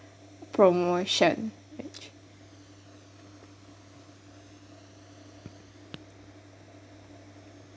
promotion